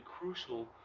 crucial